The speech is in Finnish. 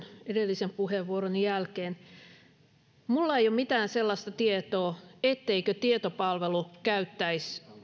edellisen puheenvuoroni jälkeen käytyyn keskusteluun minulla ei ole mitään sellaista tietoa etteikö tietopalvelu käyttäisi